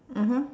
(uh huh)